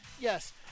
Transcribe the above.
Yes